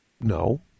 No